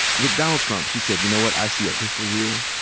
with donald trump, she said, you know what? i see a history here.